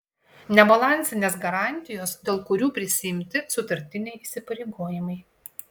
nebalansinės garantijos dėl kurių prisiimti sutartiniai įsipareigojimai